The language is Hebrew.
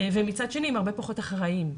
ומצד שני, הם הרבה פחות אחראיים.